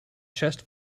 chest